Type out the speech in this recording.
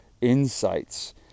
insights